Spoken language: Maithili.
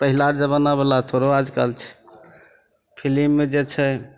पहिला जमानावला थोड़ो आजकल छै फिलिममे जे छै